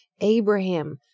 abraham